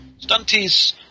Stunties